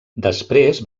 després